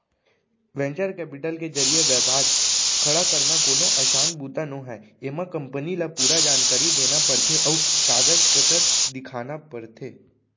venture capital के जरिए बेपार खड़ा करना कोनो असान बूता नोहय एमा कंपनी ल पूरा जानकारी देना परथे अउ कागज पतर दिखाना परथे